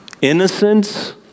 innocence